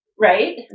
right